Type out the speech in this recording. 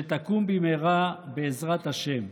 שתקום במהרה, בעזרת השם.